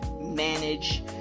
manage